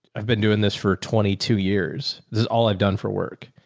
i've been doing this for twenty two years. this is all i've done for work.